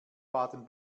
baden